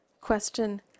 Question